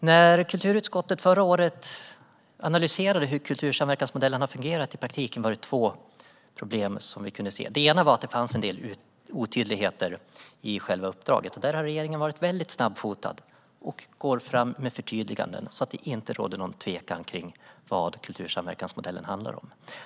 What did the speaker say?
När kulturutskottet förra året analyserade hur kultursamverkansmodellen har fungerat i praktiken kunde vi se två problem. Det ena var att det fanns en del otydligheter i själva uppdraget. Där har regeringen varit väldigt snabbfotad och går fram med förtydliganden så att det inte råder någon tvekan kring vad kultursamverkansmodellen handlar om.